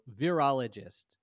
virologist